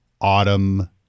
autumn